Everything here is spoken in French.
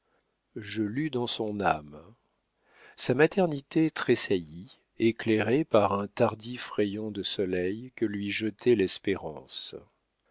je lus dans son âme sa maternité tressaillit éclairée par un tardif rayon de soleil que lui jetait l'espérance